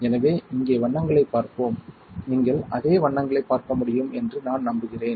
எனவே இங்கே வண்ணங்களைப் பார்ப்போம் நீங்கள் அதே வண்ணங்களைப் பார்க்க முடியும் என்று நான் நம்புகிறேன்